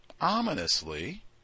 ominously